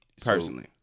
personally